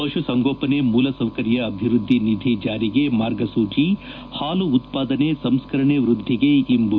ಪಶುಸಂಗೋಪನೆ ಮೂಲಸೌಕರ್ಯ ಅಭಿವೃದ್ಧಿ ನಿಧಿ ಜಾರಿಗೆ ಮಾರ್ಗಸೂಚಿ ಹಾಲು ಉತ್ಪಾದನೆ ಸಂಸ್ಕರಣೆ ವೃದ್ದಿಗೆ ಇಂಬು